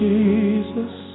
Jesus